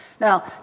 Now